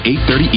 8.30